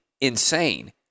insane